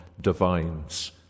divines